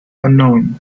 unknown